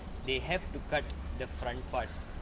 they have to cut the front part